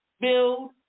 Build